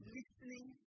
Listening